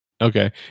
okay